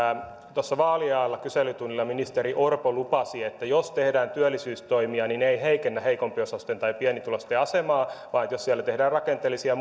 tuossa vaalien alla kyselytunnilla ministeri orpo lupasi että jos tehdään työllisyystoimia niin ne eivät heikennä heikompiosaisten tai pienituloisten asemaa vaan jos siellä tehdään rakenteellisia